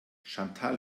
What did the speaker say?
chantal